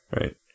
Right